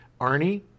Arnie